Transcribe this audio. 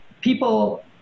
people